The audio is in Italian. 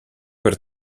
per